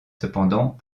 cependant